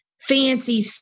fancy